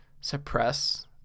suppress